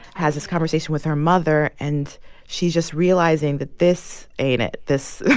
has this conversation with her mother. and she's just realizing that this ain't it, this.